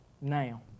now